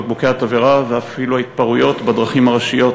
בקבוקי התבערה ואפילו ההתפרעויות בדרכים הראשיות,